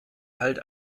halt